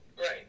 Right